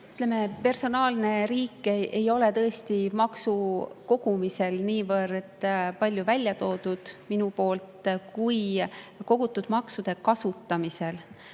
personaalset riiki ei ole tõesti ma maksukogumisel niivõrd palju välja toonud kui kogutud maksude kasutamisel.